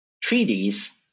treaties